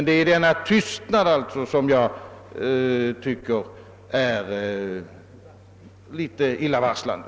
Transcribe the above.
Det är denna tystnad som jag anser är mycket illavarslande.